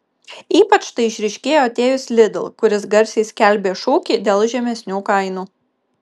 ypač tai išryškėjo atėjus lidl kuris garsiai skelbė šūkį dėl žemesnių kainų